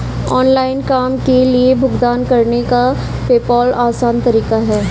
online काम के लिए भुगतान करने का पेपॉल आसान तरीका है